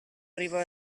arriva